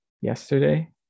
yesterday